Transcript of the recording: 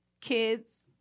kids